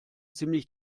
ziemlich